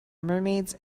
mermaids